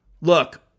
Look